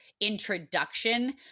introduction